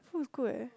looks good